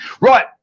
Right